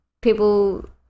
people